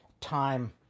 time